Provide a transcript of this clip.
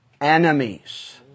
enemies